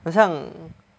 很像